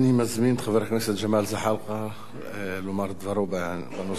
אני מזמין את חבר הכנסת ג'מאל זחאלקה לומר את דברו בנושא.